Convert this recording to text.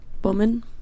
woman